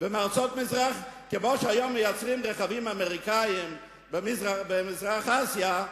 וכמו שהיום מייצרים רכבים אמריקניים במזרח-אסיה,